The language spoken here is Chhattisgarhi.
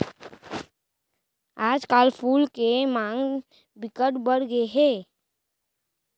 आजकल फूल के मांग बिकट बड़ गे हे